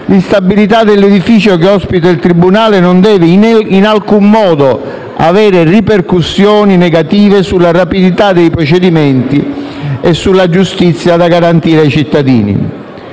L'instabilità dell'edificio che ospita il tribunale non deve in alcun modo avere ripercussioni negative sulla rapidità dei procedimenti e sulla giustizia da garantire ai cittadini.